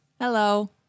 Hello